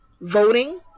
voting